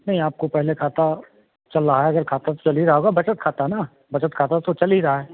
नहीं आपको पहले खाता चल रहा है अगर खाता तो चल ही रहा होगा बचत खाता न बचत खाता तो चल ही रहा है